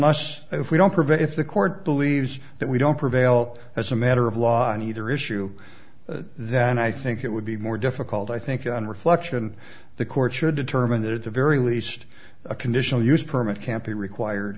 unless if we don't prevail if the court believes that we don't prevail as a matter of law on either issue then i think it would be more difficult i think on reflection the court should determine that at the very least a conditional use permit can't be required